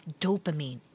dopamine